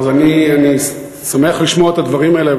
אני שמח לשמוע את הדברים האלה,